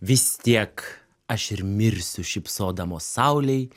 vis tiek aš ir mirsiu šypsodamos saulei